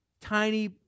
tiny